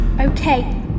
Okay